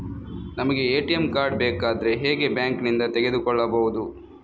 ನಮಗೆ ATM card ಬೇಕಾದ್ರೆ ಹೇಗೆ ಬ್ಯಾಂಕ್ ನಿಂದ ತೆಗೆದುಕೊಳ್ಳುವುದು?